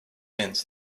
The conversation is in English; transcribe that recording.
hints